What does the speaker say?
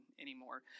anymore